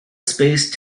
space